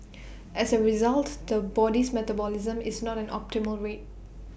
as A result the body's metabolism is not an optimal rate